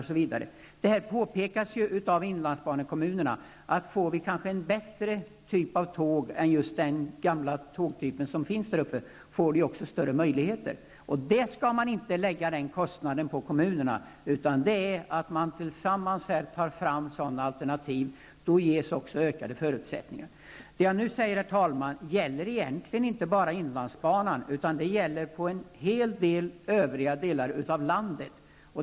Det vet Rolf Clarkson och Birger Rosqvist och inte minst tidigare kommunikationsministern. Det påpekas av inlandsbanekommunerna att om de får en bättre typ av tåg, får de också större möjligheter. Kostnaden för det skall man inte lägga på kommunerna. Om staten tillsammans med länstrafikbolagen och industrierna tar fram sådana alternativ ges ökade förutsättningar. Herr talman! Det jag nu säger gäller egentligen inte bara inlandsbanan, utan också övriga delar av landet.